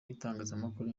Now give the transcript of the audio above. itangazamakuru